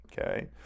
okay